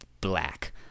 black